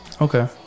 Okay